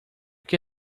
que